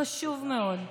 חשוב מאוד.